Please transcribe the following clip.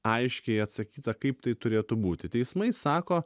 aiškiai atsakyta kaip tai turėtų būti teismai sako